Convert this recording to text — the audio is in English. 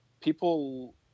people